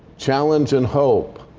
challenge, and hope.